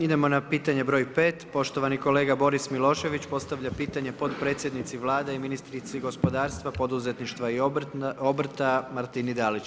Idemo na pitanje broj 5. Poštovani kolega Boris Milošević, postavlja pitanje potpredsjednici Vlade i ministrici gospodarstva, poduzetništva i obrta, Martini Dalić.